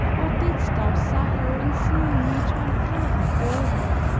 what didst thou suffer in seeing me turn pale before thee,